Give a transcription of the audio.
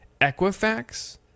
Equifax